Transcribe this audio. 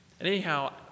anyhow